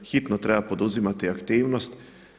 Hitno treba poduzimati aktivnosti.